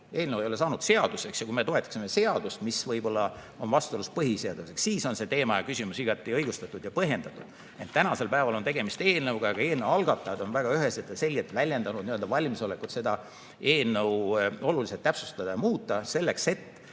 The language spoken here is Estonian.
Eelnõu ei ole saanud seaduseks. Kui me toetaksime seadust, mis võib olla vastuolus põhiseadusega, siis oleks see teema ja see küsimus igati õigustatud ja põhjendatud. Ent tänasel päeval on tegemist eelnõuga. Ka eelnõu algatajad on väga üheselt ja selgelt väljendanud valmisolekut seda eelnõu täpsustada ja muuta, et